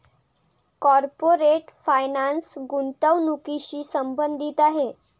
corporate finance गुंतवणुकीशी संबंधित आहे